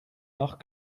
nach